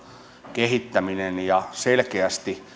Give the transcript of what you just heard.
kehittäminen ja selkeästi